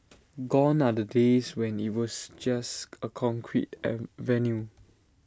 gone are the days when IT was just A concrete an venue